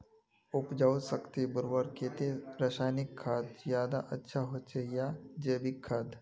उपजाऊ शक्ति बढ़वार केते रासायनिक खाद ज्यादा अच्छा होचे या जैविक खाद?